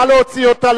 נא להוציא אותה.